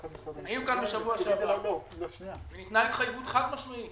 ניתנה לנו בשבוע שעבר התחייבות חד-משמעית